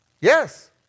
Yes